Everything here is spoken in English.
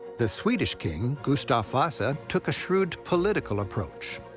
the swedish king, gustav vasa, took a shrewd political approach.